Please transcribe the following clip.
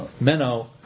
Menno